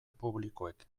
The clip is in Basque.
publikoek